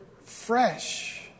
fresh